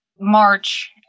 March